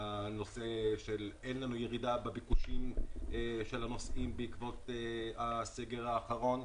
אין לנו ירידה בביקושים של הנוסעים בעקבות הסגר האחרון,